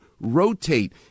rotate